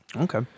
Okay